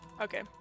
okay